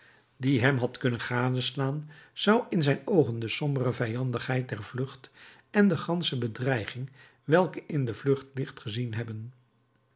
die hem had kunnen gadeslaan zou in zijn oogen de sombere vijandigheid der vlucht en de gansche bedreiging welke in de vlucht ligt gezien hebben